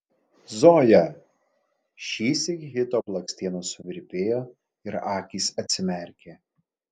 zoja šįsyk hito blakstienos suvirpėjo ir akys atsimerkė